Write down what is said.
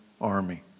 army